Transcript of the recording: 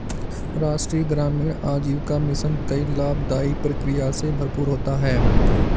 राष्ट्रीय ग्रामीण आजीविका मिशन कई लाभदाई प्रक्रिया से भरपूर होता है